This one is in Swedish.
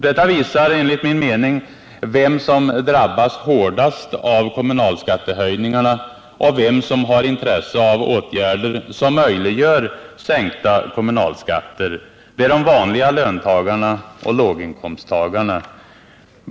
Detta visar enligt min mening vem som drabbas hårdast av kommunalskattehöjningarna och vem som har intresse av åtgärder som möjliggör sänkta kommunalskatter. Det är de vanliga löntagarna och låginkomsttagarna.